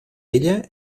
ella